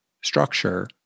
structure